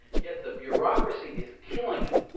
yet the bureaucracy is killing him.